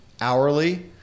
hourly